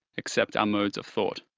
except our modes of thought.